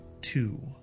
two